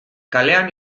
kalean